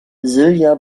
silja